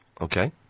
Okay